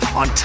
on